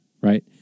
Right